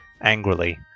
angrily